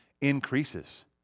increases